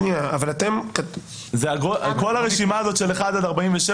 שניה --- כל הרשימה הזו של 1 עד 47,